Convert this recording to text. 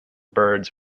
birds